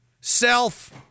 self